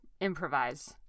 improvise